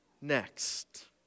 next